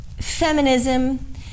feminism